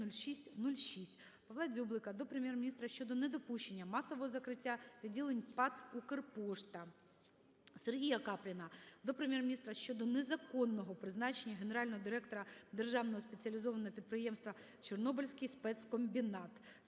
ПавлаДзюблика до Прем'єр-міністра щодо недопущення масового закриття відділень ПАТ "Укрпошта". СергіяКапліна до Прем'єр-міністра щодо незаконного призначення генерального директора Державного спеціалізованого підприємства "Чорнобильський спецкомбінат".